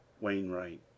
Wainwright